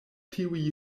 tiuj